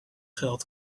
geld